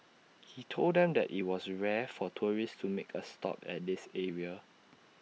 he told them that IT was rare for tourists to make A stop at this area